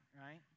right